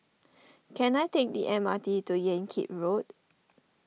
can I take the M R T to Yan Kit Road